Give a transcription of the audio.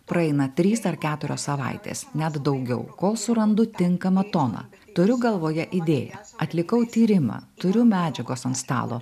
praeina trys ar keturias savaitės net daugiau kol surandu tinkamą toną turiu galvoje įdėją atlikau tyrimą turiu medžiagos ant stalo